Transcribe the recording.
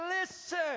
listen